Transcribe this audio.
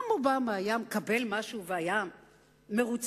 גם אובמה היה מקבל משהו והיה מרוצה,